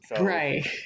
Right